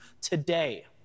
today